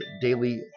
daily